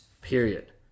period